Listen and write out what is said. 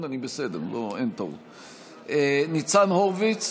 ניצן הורוביץ,